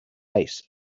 ace